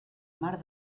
mar